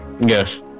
Yes